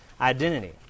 identity